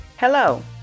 Hello